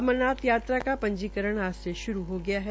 अमरनाथ यात्रा का पंजीकरण आज से शुरू हो गया है